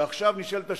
ועכשיו נשאלת השאלה,